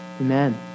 amen